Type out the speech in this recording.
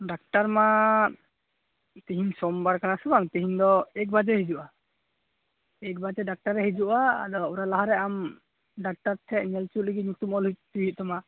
doctor ᱢᱟ ᱛᱤᱦᱤᱧ ᱥᱳᱢᱵᱟᱨ ᱠᱟᱱᱟ ᱥᱮ ᱵᱟᱝ ᱛᱤᱦᱤᱧ ᱫᱚ ᱮᱠ ᱵᱟᱡᱮᱭ ᱦᱤᱡᱩᱜᱼᱟ ᱮᱠ ᱵᱟᱡᱮ ᱰᱟᱠᱛᱟᱨᱮ ᱦᱤᱡᱩᱜᱼᱟ ᱟᱫᱚ ᱚᱱᱟ ᱞᱟᱦᱟᱨᱮ ᱟᱢ ᱰᱟᱠᱛᱟᱨ ᱴᱷᱮᱱ ᱧᱮᱞ ᱦᱚᱪᱚᱜ ᱞᱟᱹᱜᱤᱫ ᱧᱩᱛᱩᱢ ᱚᱞ ᱦᱚᱪᱚᱭ ᱦᱩᱭᱩᱜ ᱛᱟᱢᱟ